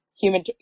Human